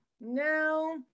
no